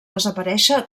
desaparèixer